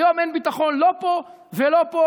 היום אין ביטחון לא פה ולא פה,